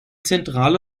zentrale